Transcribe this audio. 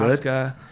good